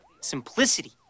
Simplicity